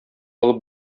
алып